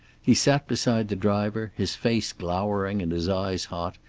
he sat beside the driver, his face glowering and his eyes hot,